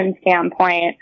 standpoint